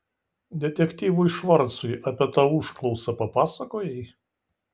detektyvui švarcui apie tą užklausą papasakojai